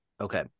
Okay